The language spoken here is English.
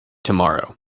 tomorrow